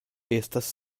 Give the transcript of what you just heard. estas